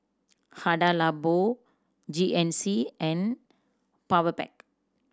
Hada Labo G N C and Powerpac